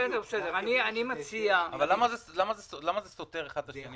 אבל למה זה סותר אחד את השני?